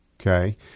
okay